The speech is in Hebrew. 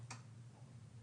זו בעצם תכנית